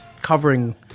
covering